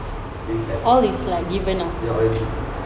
with like ya all is giv~